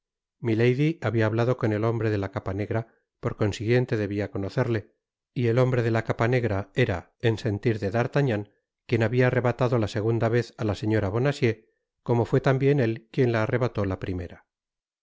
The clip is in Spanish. habia hablado con el hombre de la capa negra por consiguiente debia conocerle y el hombre de ia capa negra era en sentir de d'artagnan quien habia arrebatado la segunda vez ála señora bonacieux como fué tambien él quien la arrebató la primera